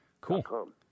cool